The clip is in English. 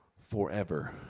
forever